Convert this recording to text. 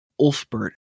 Ulfbert